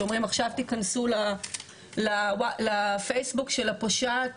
שאומרים עכשיו תיכנסו לפייסבוק של הפושעת